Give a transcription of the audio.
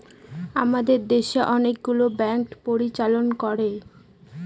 আমাদের দেশে অনেকগুলো ব্যাঙ্ক পরিচালনা করে, যেমন স্টেট ব্যাঙ্ক অফ ইন্ডিয়া